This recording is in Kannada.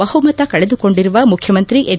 ಬಹುಮತ ಕಳೆದುಕೊಂಡಿರುವ ಮುಖ್ಯಮಂತ್ರಿ ಎಚ್